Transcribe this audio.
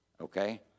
okay